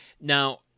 Now